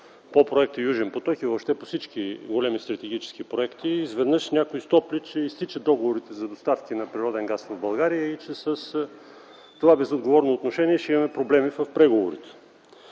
по проекта „Южен поток” и въобще по всички големи стратегически проекти, изведнъж някой „стопли”, че изтичат договорите за доставки на природен газ на България и че с това, безотговорно отношение ще имаме проблеми с преговорите.